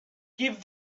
give